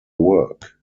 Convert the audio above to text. work